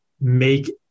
make